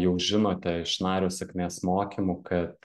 jau žinote iš nario sėkmės mokymų kad